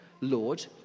Lord